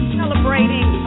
celebrating